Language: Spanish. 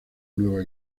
nueva